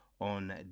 on